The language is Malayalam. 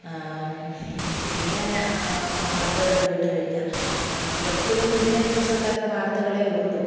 പിന്നെ വാർത്തകൾ കേട്ടു കഴിഞ്ഞു എപ്പോഴും ഇതിനെക്കുറിച്ചുള്ളതൊക്കെ വാർത്തകളെ ഉള്ളു